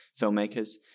filmmakers